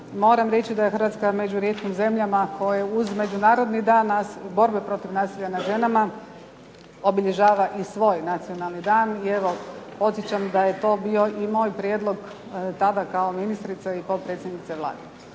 Moram reći da je Hrvatska među rijetkim zemljama koje uz međunarodni dan borbe protiv nasilja nad ženama, obilježava i svoj nacionalni dan, i evo podsjećam da je to bio i moj prijedlog tada kao ministrice i potpredsjednice Vlade.